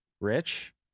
Rich